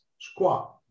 Squat